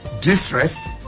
distress